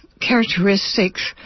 characteristics